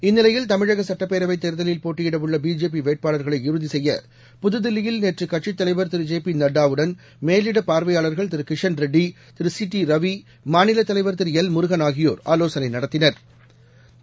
இந்நிலையில் தமிழகசுட்டப்பேரவைதேர்தலில் போட்டியிடவுள்ளபி ஜே பிவேட்பாளர்களை இறுதிசெய்ய புதுதில்லியில் நேற்றுகட்சித் தலைவர் திரு ஜே பிநட்டாவுடன் மேலிடபாா்வையாளா்கள் திருகிஷன் ரெட்டி திருசி டி ரவி மாநிலத்தலைவா் திருஎல் முருகன் ஆகியோா் ஆலோசனைநடத்தினா்